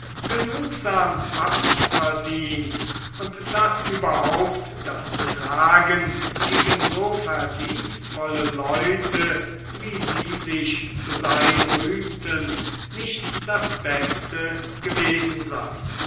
genugsam abverdient und daß überhaupt das betragen gegen so verdienstvolle leute wie sie sich zu sein rühmten nicht das beste gewesen sei